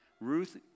Ruth